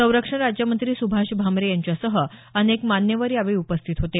संरक्षण राज्यमंत्री सुभाष भामरे यांच्यासह अनेक मान्यवर यावेळी उपस्थित होते